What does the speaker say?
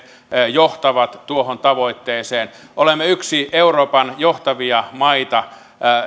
johtavat tuohon tavoitteeseen olemme yksi euroopan johtavia maita